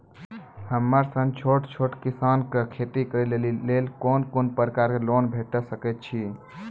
हमर सन छोट किसान कअ खेती करै लेली लेल कून कून प्रकारक लोन भेट सकैत अछि?